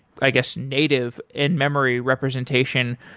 i guess, native in memory representation,